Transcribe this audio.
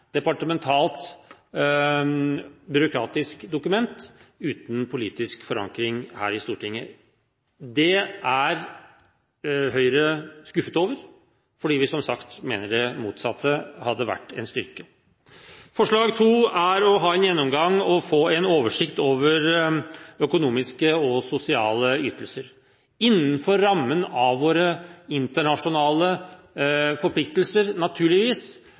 departementalt og byråkratisk dokument, uten politisk forankring her i Stortinget. Det er Høyre skuffet over, fordi vi som sagt mener det motsatte hadde vært en styrke. Forslag nr. 2 gjelder det å få en gjennomgang av og oversikt over økonomiske og sosiale ytelser, innenfor rammen av våre internasjonale forpliktelser, naturligvis.